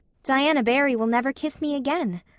diana barry will never kiss me again.